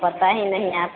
पता ही नहीं आपके